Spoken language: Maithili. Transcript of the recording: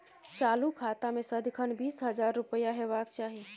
चालु खाता मे सदिखन बीस हजार रुपैया हेबाक चाही